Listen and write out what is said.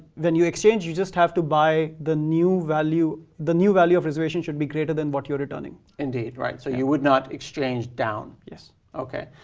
then you exchange. you just have to buy the new value. the new value of reservation should be greater than what you're returning. indeed, right. so you would not exchange down. yes. okay.